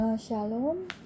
Shalom